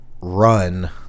run